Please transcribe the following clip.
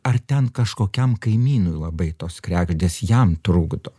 ar ten kažkokiam kaimynui labai tos kregždės jam trukdo